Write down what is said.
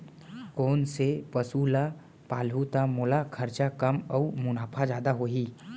कोन से पसु ला पालहूँ त मोला खरचा कम अऊ मुनाफा जादा होही?